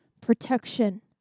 Protection